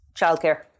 Childcare